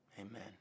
Amen